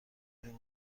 این